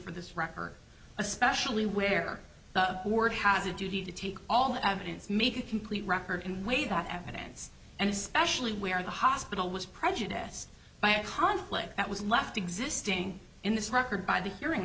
for this record especially where the board has a duty to take all the evidence make a complete record in weight of evidence and especially where the hospital was prejudiced by a conflict that was left existing in this record by the hearing